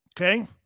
Okay